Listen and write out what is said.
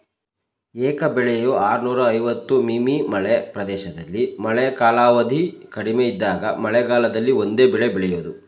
ಏಕ ಬೆಳೆಯು ಆರ್ನೂರ ಐವತ್ತು ಮಿ.ಮೀ ಮಳೆ ಪ್ರದೇಶದಲ್ಲಿ ಮಳೆ ಕಾಲಾವಧಿ ಕಡಿಮೆ ಇದ್ದಾಗ ಮಳೆಗಾಲದಲ್ಲಿ ಒಂದೇ ಬೆಳೆ ಬೆಳೆಯೋದು